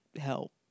help